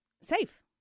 safe